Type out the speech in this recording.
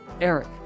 Eric